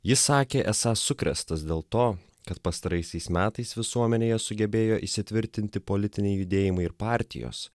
jis sakė esąs sukrėstas dėl to kad pastaraisiais metais visuomenėje sugebėjo įsitvirtinti politiniai judėjimai ir partijos